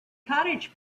cottage